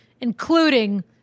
including